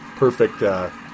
perfect